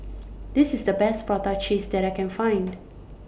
This IS The Best Prata Cheese that I Can Find